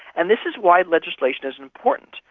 and this is why legislation is important,